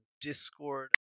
Discord